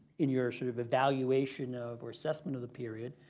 in your sort of evaluation of or assessment of the period